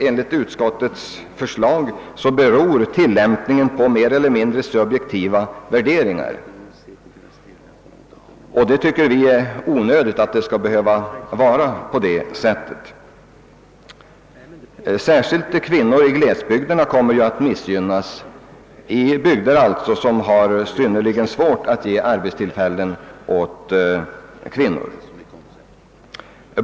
Enligt utskottets förslag kommer tillämpningen att baseras på mer eller mindre subjektiva värderingar. Vi tycker det är onödigt att det skall behöva vara på det sättet. Särskilt kvinnor i glesbygderna, där det är synnerligen svårt att finna arbetstillfällen för denna kategori, kommer att missgynnas.